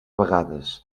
vegades